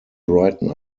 brighten